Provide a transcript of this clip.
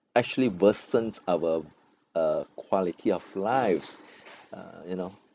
actually worsen our uh quality of lives uh you know